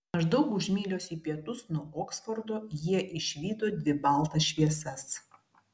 maždaug už mylios į pietus nuo oksfordo jie išvydo dvi baltas šviesas